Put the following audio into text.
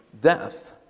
death